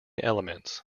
elements